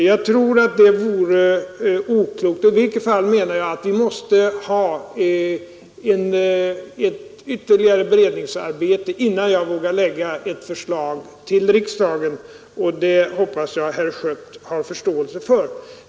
Jag tror att det vore oklokt att göra något sådant. I vilket fall som helst måste vi ha ett ytterligare beredningsarbete innan jag vågar lägga fram ett förslag för riksdagen, och det hoppas jag herr Schött har förståelse för.